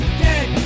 dead